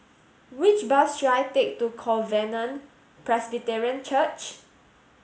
which bus should I take to Covenant Presbyterian Church